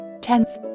tense